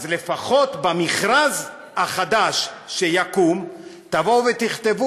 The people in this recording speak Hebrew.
אז לפחות במכרז החדש שיקום תכתבו,